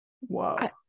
Wow